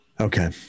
Okay